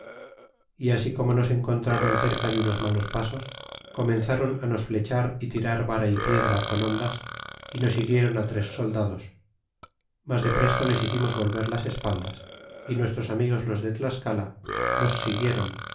y asi como nos encontrron cerca de unos pasos malos comenzron nos flechar y tirar vara y piedra con hondas é nos hirieron tres soldados mas de presto les hicimos volver las espaldas y nuestros amigos los de tlascala los siguiéron